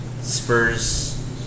Spurs